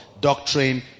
doctrine